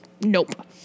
nope